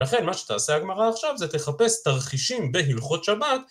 לכן מה שתעשה הגמרא עכשיו זה תחפש תרחישים בהלכות שבת.